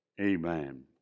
Amen